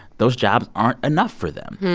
those jobs aren't enough for them.